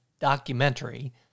documentary –